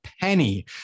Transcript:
penny